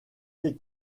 des